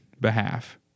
behalf